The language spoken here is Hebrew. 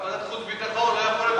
גם ועדת חוץ וביטחון לא יכולים,